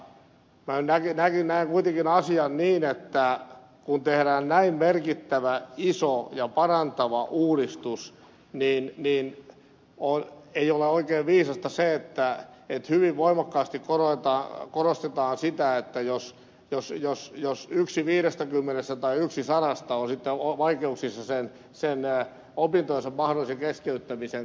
mutta minä näen kuitenkin asian niin että kun tehdään näin merkittävä iso ja parantava uudistus niin ei ole oikein viisasta se että hyvin voimakkaasti korostetaan sitä että jos yksi viidestäkymmenestä tai yksi sadasta on sitten vaikeuksissa sen opintojensa mahdollisen keskeyttämisen kanssa